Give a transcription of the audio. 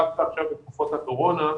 למעלה מ-160,000 משפחות בשנה,